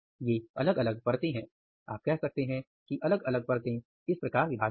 ये अलग अलग परतें हैं आप कह सकते हैं कि अलग अलग परतें इस प्रकार विभाजित हैं